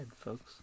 folks